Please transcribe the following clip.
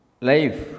life